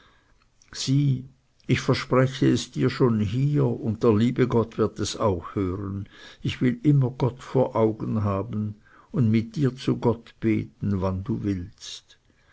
sieh ich verspreche es dir schon hier und der liebe gott wird es auch hören ich will immer gott vor augen haben und mit dir zu gott beten wann du willst